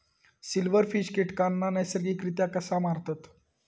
Silverfish कीटकांना नैसर्गिकरित्या कसा मारतत?